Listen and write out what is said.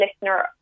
listener